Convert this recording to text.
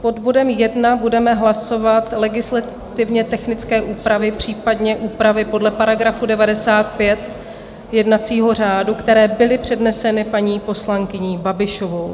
Pod bodem 1 budeme hlasovat legislativně technické úpravy, případně úpravy podle § 95 jednacího řádu, které byly předneseny paní poslankyní Babišovou.